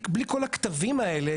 בלי כל הקטבים האלה,